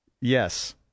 Yes